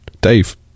Dave